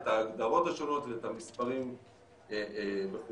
את ההגדרות השונות ואת המספרים וכו'.